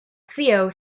theo